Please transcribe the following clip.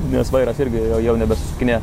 nes vairas irgi jau nebesisukinėja